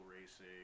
racing